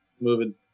Moving